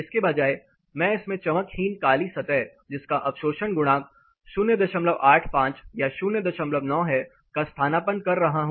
इसके बजाय मैं इसमें चमकहीन काली सतह जिसका अवशोषण गुणांक 085 या 09 है का स्थानापन्न कर रहा हूं